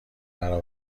برا